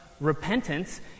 repentance